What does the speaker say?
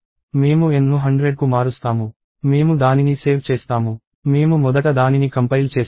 మేము N ను 100కు మారుస్తాము మేము దానిని సేవ్ చేస్తాము మేము మొదట దానిని కంపైల్ చేస్తాము